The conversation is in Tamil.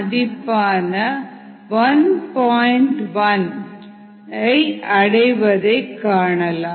1 ன்றை அடைவது காணலாம்